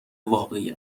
واقعی